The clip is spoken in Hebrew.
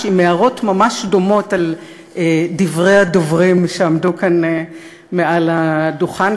עם הערות ממש דומות על דברי הדוברים שעמדו כאן מעל הדוכן.